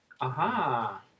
aha